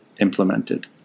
implemented